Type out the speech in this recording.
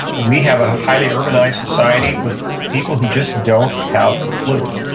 we have a highly urbanized society with people who just don't have a clue.